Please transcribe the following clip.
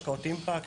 השקעות אימפקט,